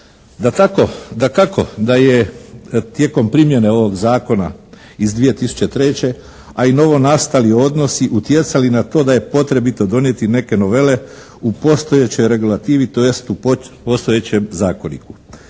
Dakako da je tijekom primjene ovog zakona iz 2003. a i novonastali odnosi utjecali na to da je potrebito donijeti neke novele u postojećoj regulativi, tj. u postojećem zakoniku.